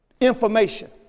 information